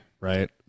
Right